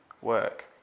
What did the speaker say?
work